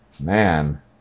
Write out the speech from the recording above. man